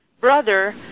brother